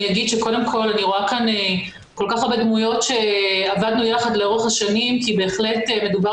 אני רואה כאן כל כך הרבה דמויות שעבדנו יחד לאורך השנים כי בהחלט מדובר